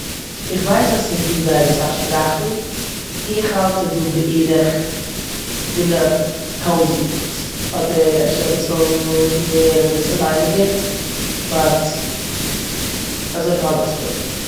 איך ווייס אז ס'איז דא זייער אסאך שפראכן. איך האלט ס'איז דא בערך פינף טויזנט אדער אפשר אביסל מער, אביסל ווייניגער, באט אזויפיל האלט איך ס'דא.